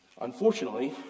Unfortunately